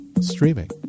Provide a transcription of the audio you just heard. Streaming